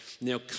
now